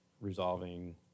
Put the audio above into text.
resolving